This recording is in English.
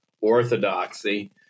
orthodoxy